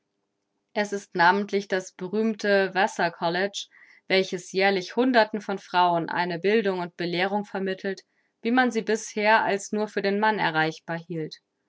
es ist namentlich das berühmte vassar college welches jährlich hunderten von frauen eine bildung und belehrung vermittelt wie man sie bisher als nur für den mann erreichbar hielt